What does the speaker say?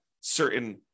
certain